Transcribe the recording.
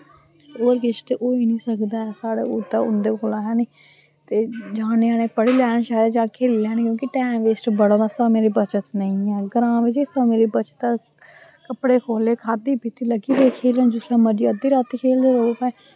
होर किश ते होई नी सकदा ऐ साढ़े उत्थै उं'दे कोला हैनी ते जां ञ्यानें पढ़ी लैन शैल ते जां खेली लैन क्योंकि टैम वेस्ट बड़ा बस्सा बचत नेईं ऐ ग्रांऽ बिच्च समें दी बचत कपड़े खोले खाद्धी पीती लग्गी पे खेलन जिसलै मर्जी अद्धी रातीं खेलदे रवो